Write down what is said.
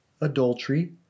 adultery